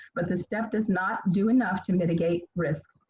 but the step does not do enough to mitigate risk.